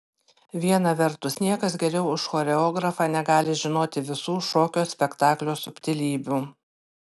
viena vertus niekas geriau už choreografą negali žinoti visų šokio spektaklio subtilybių